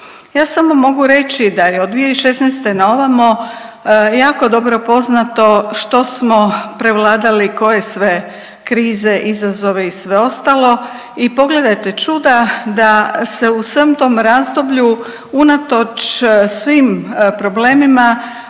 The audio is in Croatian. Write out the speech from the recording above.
Ja samo mogu reći da je od 2016. na ovamo jako dobro poznato što smo prevladali, koje sve krize, izazove i sve ostalo i pogledajte čuda da se u svem tom razdoblju unatoč svim problemima